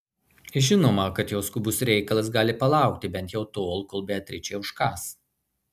žinoma kad jos skubus reikalas gali palaukti bent jau tol kol beatričė užkąs